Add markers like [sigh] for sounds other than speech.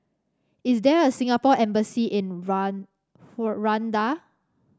is there a Singapore Embassy in [unintelligible] Rwanda